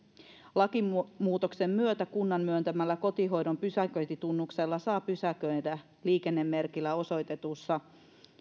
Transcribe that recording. lakimuutoksen myötä kunnan myöntämällä kotihoidon pysäköintitunnuksella saa pysäköidä liikennemerkillä osoitetusta